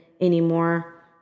anymore